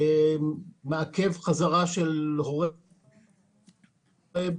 זה מעכב חזרה של הורה לחזור לעבודה.